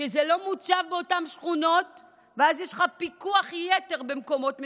שזה לא מוצב באותן שכונות ואז יש לך פיקוח יתר במקומות מסוימים.